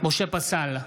משה פסל,